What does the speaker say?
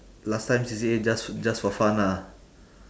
last time C_C_A just just for fun lah